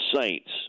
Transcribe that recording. Saints